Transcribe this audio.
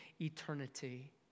eternity